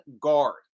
guard